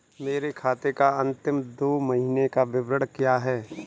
मेरे खाते का अंतिम दो महीने का विवरण क्या है?